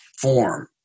form